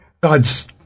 God's